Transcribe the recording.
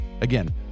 Again